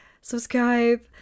subscribe